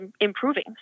improving